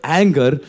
anger